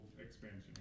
expansion